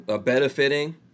benefiting